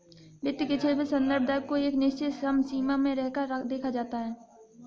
वित्त के क्षेत्र में संदर्भ दर को एक निश्चित समसीमा में रहकर देखा जाता है